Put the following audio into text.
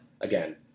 again